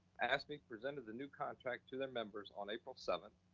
afscme presented the new contract to the members on april seventh,